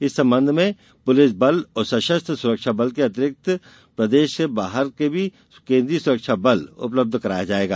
इस संबंध में प्रलिस बल और सशस्त्र सुरक्षा बल के अतिरिक्त प्रदेश के बाहर से भी केन्द्रीय सुरक्षा बल उपलब्ध कराया जाएगा